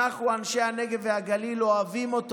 אנחנו, אנשי הנגב והגליל, אוהבים אותם.